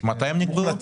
מתי הם נקבעו?